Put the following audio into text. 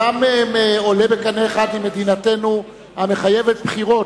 גם עולה בקנה אחד עם מדינתנו המחייבת בחירות,